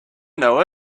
know